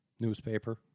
newspaper